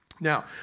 Now